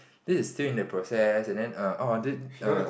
this is still in the process and then err orh th~ err